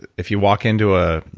if you walk into a